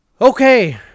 Okay